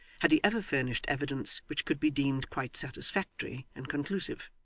had he ever furnished evidence which could be deemed quite satisfactory and conclusive.